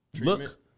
Look